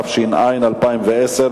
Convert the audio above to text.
התש"ע 2010,